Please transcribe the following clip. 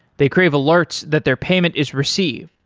they crave alerts that their payment is received.